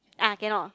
ah cannot